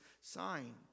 sign